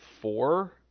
four